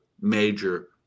major